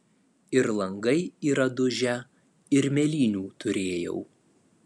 ir langai yra dužę ir mėlynių turėjau